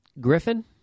Griffin